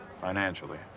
financially